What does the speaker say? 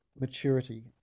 maturity